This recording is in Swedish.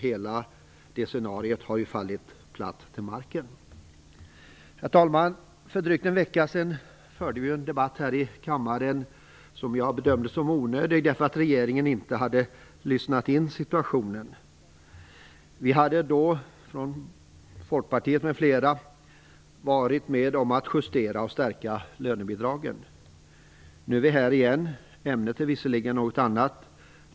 Hela det scenariot har ju fallit platt till marken. Herr talman! För drygt en vecka sedan förde vi en debatt här i kammaren som jag bedömde som onödig, därför att regeringen inte hade lyssnat in situationen. Folkpartiet m.fl. hade då varit med om att justera och stärka lönebidragen. Nu är vi här igen. Ämnet är visserligen ett annat.